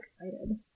excited